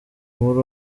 muri